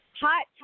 Hot